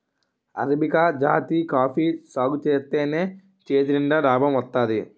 arabica జాతి coffee సాగుజేత్తేనే చేతినిండా నాబం వత్తాది